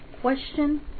question